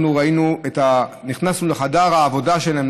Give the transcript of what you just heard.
אנחנו נכנסנו לחדר העבודה שלהם,